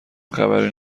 خبری